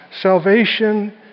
Salvation